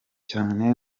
cyane